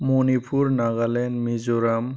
Manipur Nagaland Mizoram